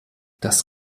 das